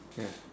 ya